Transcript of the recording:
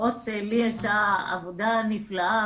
לפחות לי הייתה עבודה נפלאה,